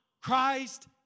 Christ